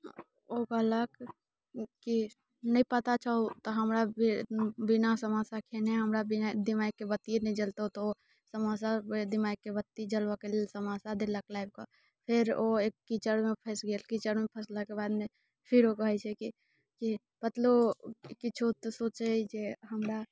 ओ कहलक कि नहि पता छौ तऽ हमरा बिना समोसा खयने हमरा दिमागके बत्तिए नहि जलतौ तऽ ओ समोसा दिमागके बत्ती जलबयके लेल समोसा देलक लाबि कऽ फेर ओ एक कीचड़मे फँसि गेल कीचड़मे फँसलाके बादमे फेर ओ कहैत छै कि पतलू किछो तऽ सोचै जे हमरा